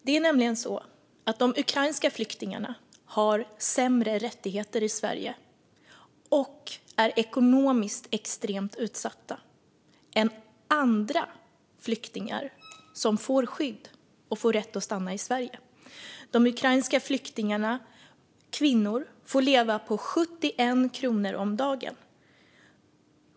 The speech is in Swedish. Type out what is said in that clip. Det är nämligen så att de ukrainska flyktingarna har sämre rättigheter i Sverige och är ekonomiskt extremt mycket mer utsatta än andra flyktingar som får skydd och rätt att stanna i Sverige. De ukrainska flyktingarna, kvinnor, får leva på 71 kronor om dagen.